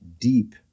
deep